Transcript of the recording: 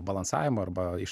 balansavimo arba iš